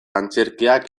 antzerkiak